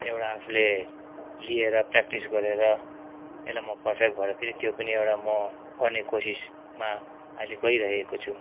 एउटा आफूले लिएर प्र्याक्टिस गरेर यसलाई म पर्फेक्ट भएर फेरि त्यो पनि एउटा म गर्ने कोसिसमा अहिले गइरहेको छु